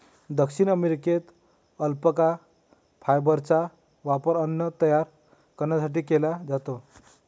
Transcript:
दक्षिण अमेरिकेत अल्पाका फायबरचा वापर अन्न तयार करण्यासाठी केला जातो